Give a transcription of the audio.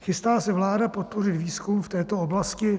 Chystá se vláda podpořit výzkum v této oblasti?